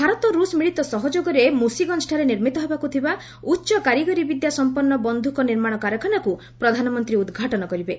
ଭାରତ ରୁଷ୍ ମିଳିତ ସହଯୋଗରେ ମୁଶିଗଞ୍ଠାରେ ନିର୍ମିତ ହେବାକୁ ଥିବା ଉଚ୍ଚ କାରିଗରୀ ବିଦ୍ୟା ସମ୍ପନ୍ନ ବନ୍ଧୁକ ନିର୍ମାଣ କାରଖାନାକୁ ପ୍ରଧାନମନ୍ତ୍ରୀ ଉଦ୍ଘାଟନ କରିବେ